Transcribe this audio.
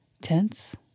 Tense